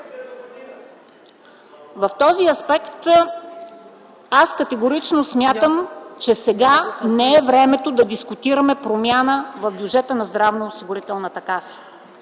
В този аспект аз категорично смятам, че сега не е времето да дискутираме промяна в бюджета на Здравноосигурителната каса.